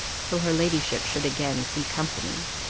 till her ladyship should again see company.